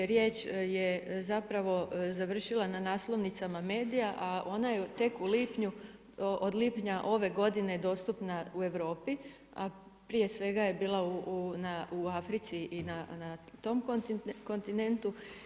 Riječ je zapravo završila na naslovnicama medija, a ona je tek od lipnja ove godine dostupna u Europi, a prije svega je bila u Africi i na tom kontinentu.